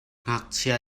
ngakchia